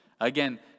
Again